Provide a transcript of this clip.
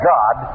God